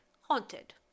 haunted